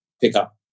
pickup